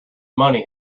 money